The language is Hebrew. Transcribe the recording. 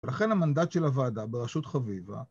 ולכן המנדט של הוועדה בראשות חביבה